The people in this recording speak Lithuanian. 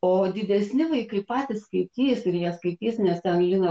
o didesni vaikai patys skaitys ir jie skaitys nes ten lina